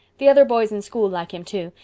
the other boys in school like him too.